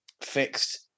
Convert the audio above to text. fixed